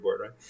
right